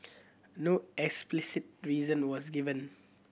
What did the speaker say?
no explicit reason was given